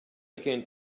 again